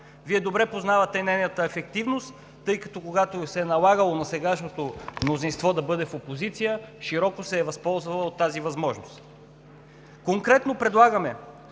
Вие добре познавате нейната ефективност, тъй като, когато се е налагало на сегашното мнозинство да бъде в опозиция, широко се е възползвало от тази възможност. Конкретно, предлагаме